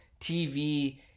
tv